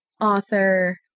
author